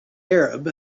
arab